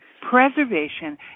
preservation